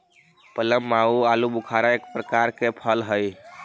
plum आउ आलूबुखारा एक प्रकार के फल हई